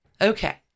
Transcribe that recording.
Okay